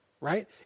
right